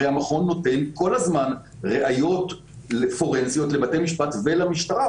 הרי המכון נותן כל הזמן ראיות לפורנזיות לבתי המשפט ולמשטרה.